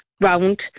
round